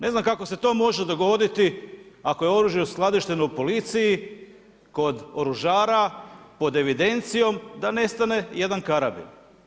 Ne znam kako se to može dogoditi ako je oružje uskladišteno u Policiji kod oružara pod evidencijom da nestane jedan karabin?